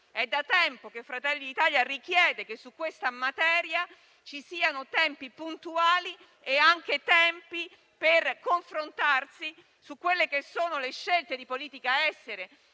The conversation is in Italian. È da tempo che Fratelli d'Italia richiede che su questa materia ci siano tempi puntuali e adeguati a confrontarsi sulle scelte di politica estera,